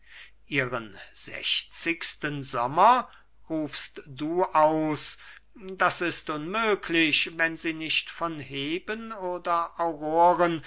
ihren sechzigsten sommer rufst du aus das ist unmöglich wenn sie nicht von heben oder auroren